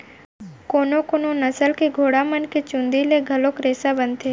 कोनो कोनो नसल के घोड़ा मन के चूंदी ले घलोक रेसा बनथे